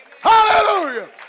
Hallelujah